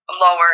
lower